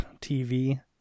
TV